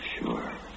sure